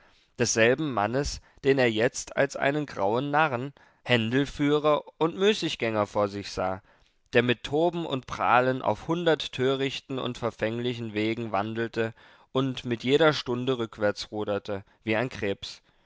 desselben mannes den er jetzt als einen grauen narren händelführer und müßiggänger vor sich sah der mit toben und prahlen auf hundert törichten und verfänglichen wegen wandelte und mit jeder stunde rückwärts ruderte wie ein krebs